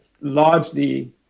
largely